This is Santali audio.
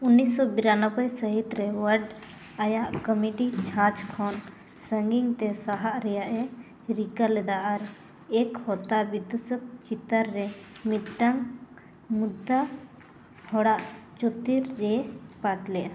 ᱩᱱᱤᱥᱥᱚ ᱵᱤᱨᱟᱱᱚᱵᱽᱵᱚᱭ ᱥᱟᱹᱦᱤᱛ ᱨᱮ ᱚᱣᱟᱨᱰ ᱟᱭᱟᱜ ᱠᱚᱢᱚᱴᱤ ᱪᱷᱟᱪ ᱠᱷᱚᱱ ᱥᱟᱺᱜᱤᱧᱛᱮ ᱥᱟᱦᱟᱜ ᱨᱮᱭᱟᱜ ᱮ ᱨᱤᱠᱟᱹ ᱞᱮᱫᱟ ᱟᱨ ᱮᱠ ᱦᱚᱛᱟ ᱵᱤᱫᱩᱥᱚᱠ ᱪᱤᱛᱟᱹᱨ ᱢᱤᱫᱴᱟᱝ ᱜᱩᱫᱽᱫᱟ ᱦᱚᱲᱟᱜ ᱪᱩᱛᱤᱨ ᱨᱮ ᱯᱟᱴ ᱞᱮᱜᱼᱟᱭ